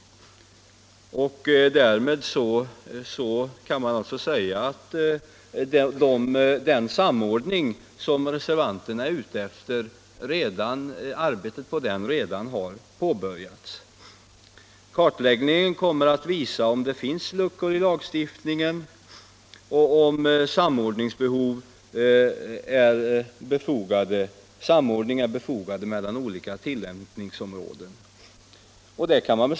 Därmed kan man alltså säga att arbetet på den samordning som reservanterna är ute efter redan har påbörjats. Kartläggningen kommer att visa om det finns luckor i lagstiftningen och om en samordning mellan olika tillämpningsområden är befogad.